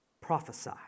Prophesy